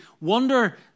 wonder